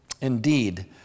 Indeed